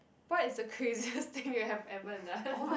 what is the craziest thing you have ever done